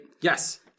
Yes